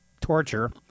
torture